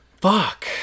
Fuck